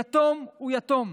יתום הוא יתום.